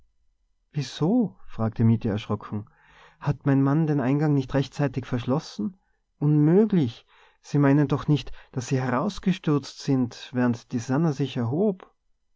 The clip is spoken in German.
wieso frug mietje erschrocken hat mein mann den eingang nicht rechtzeitig verschlossen unmöglich sie meinen doch nicht daß sie herausgestürzt sind während die sannah sich erhob